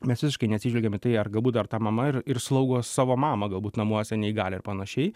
mes visiškai neatsižvelgiam į tai ar galbūt dar ta mama ir ir slaugo savo mamą galbūt namuose neįgalią ar panašiai